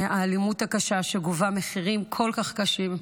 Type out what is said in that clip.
את האלימות הקשה, שגובה מחירים כל כך קשים.